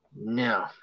No